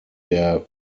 der